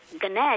Ganesh